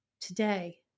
today